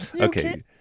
Okay